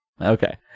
Okay